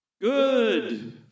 Good